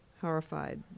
horrified